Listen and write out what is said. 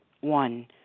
One